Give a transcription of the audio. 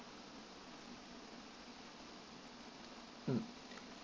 mm